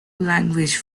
language